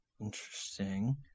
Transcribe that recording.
Interesting